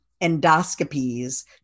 endoscopies